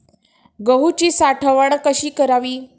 गहूची साठवण कशी करावी?